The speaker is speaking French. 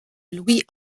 louis